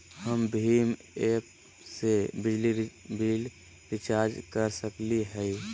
हम भीम ऐप से बिजली बिल रिचार्ज कर सकली हई?